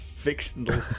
fictional